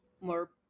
more